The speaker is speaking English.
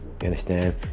understand